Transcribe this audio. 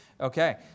Okay